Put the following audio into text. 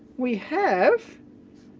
we have,